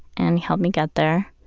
and he helped me get there.